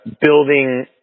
building